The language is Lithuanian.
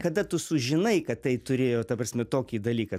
kada tu sužinai kad tai turėjo ta prasme tokį dalyką